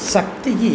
शक्तिः